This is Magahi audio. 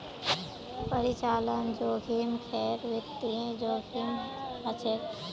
परिचालन जोखिम गैर वित्तीय जोखिम हछेक